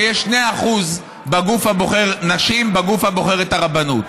שיש 2% נשים בגוף הבוחר את הרבנות.